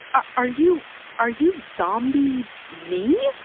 are are you are you zombie me?